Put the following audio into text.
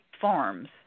farms